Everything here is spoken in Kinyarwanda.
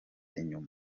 inyuma